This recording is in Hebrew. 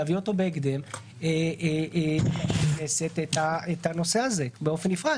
להביא בהקדם לכנסת את הנושא הזה באופן נפרד?